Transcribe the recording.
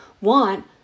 want